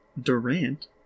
Durant